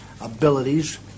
abilities